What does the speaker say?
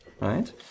right